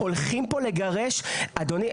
אדוני,